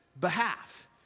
behalf